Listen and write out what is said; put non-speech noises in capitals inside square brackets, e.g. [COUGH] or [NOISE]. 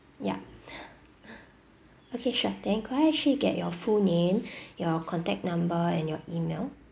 yup [BREATH] okay sure then could I actually get your full name [BREATH] your contact number and your email